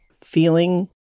feeling